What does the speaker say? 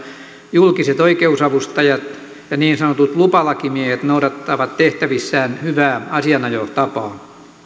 julkiset oikeus avustajat ja niin sanotut lupalakimiehet noudattavat tehtävissään hyvää asianajotapaa